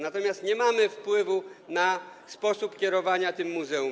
Natomiast nie mamy wpływu na sposób kierowania tym muzeum.